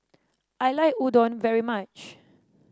I like Udon very much